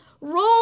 roll